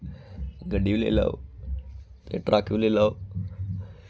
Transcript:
गड्डी बी ले लाओ ते ट्रक बी ले लाओ